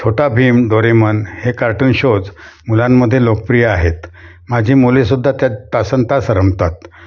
छोटा भीम डोरेमन हे cartoon shows मुलांमध्ये लोकप्रिय आहेत माझी मुलेसुद्धा त्यात तासनतास रमतात